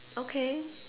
okay